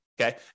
Okay